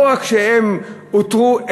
לא רק שהם נותרו,